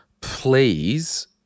please